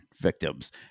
victims